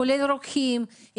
כולל רוקחים,